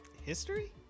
history